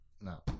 No